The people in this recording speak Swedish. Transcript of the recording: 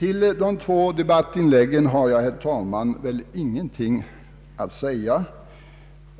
Herr talman! Jag har ingenting att anföra